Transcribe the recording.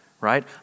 Right